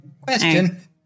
Question